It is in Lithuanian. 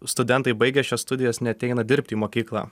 studentai baigę šias studijas neateina dirbti į mokyklą